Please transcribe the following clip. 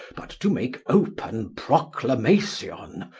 but to make open proclamation.